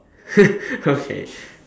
okay